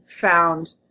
found